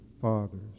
fathers